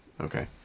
Okay